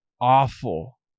awful